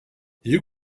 you